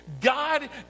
God